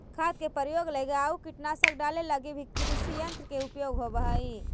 खाद के प्रयोग लगी आउ कीटनाशक डाले लगी भी कृषियन्त्र के उपयोग होवऽ हई